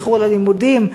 מאיחור ללימודים,